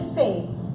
faith